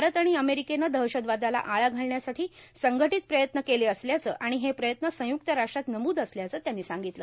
भारत आणि अमेरिकेनं दहशतवादाला आळा घालण्यासाठी संघटीत प्रयत्न केले असल्याचं आणि हे प्रयत्न संयुक्त राष्ट्रात नमूद असल्याचं त्यांनी सांगितलं